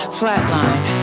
flatline